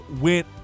went